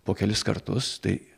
po kelis kartus tai